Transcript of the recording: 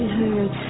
heard